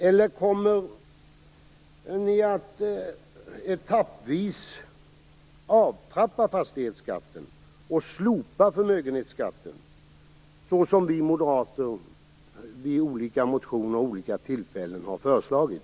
Eller kommer regeringen att etappvis avtrappa fastighetsskatten och slopa förmögenhetsskatten såsom vi moderater i olika motioner och vid olika tillfällen har föreslagit?